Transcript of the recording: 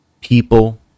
People